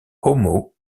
homo